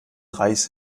reis